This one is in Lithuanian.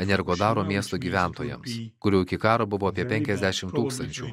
energodaro miesto gyventojams kurių iki karo buvo apie penkiasdešim tūkstančių